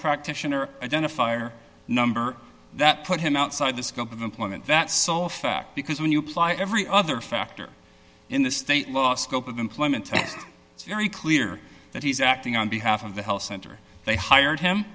practitioner identifier number that put him outside the scope of employment that sole fact because when you apply every other factor in the state law scope of employment test it's very clear that he's acting on behalf of the health center they hired him